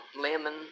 lemon